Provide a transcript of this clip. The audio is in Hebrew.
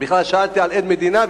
בכלל שאלתי על עד מדינה.